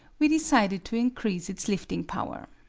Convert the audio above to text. we decided to increase its lifting power.